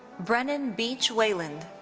brenan beach wayland.